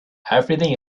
everything